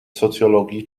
socjologii